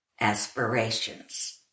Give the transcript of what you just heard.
aspirations